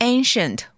Ancient